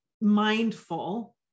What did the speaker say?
mindful